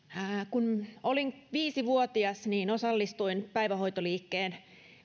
kun olin viisi vuotias niin osallistuin päivähoitoliikkeen